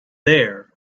there